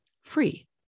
free